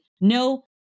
no